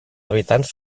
habitants